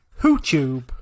Hootube